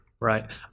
Right